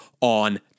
on